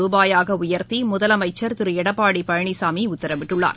ரூபாயாக உயர்த்தி முதலமைச்சர் திரு எடப்பாடி பழனிசாமி உத்தரவிட்டுள்ளார்